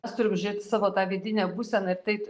mes turim žiūrėti savo tą vidinę būseną ir taip